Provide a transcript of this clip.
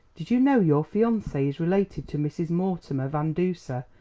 did you know your fiance is related to mrs. mortimer van duser?